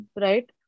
right